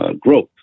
growth